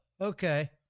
okay